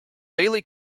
daily